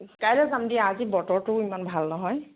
কাইলৈ যাম দিয়া আজি বতৰটো ইমান ভাল নহয়